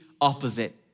opposite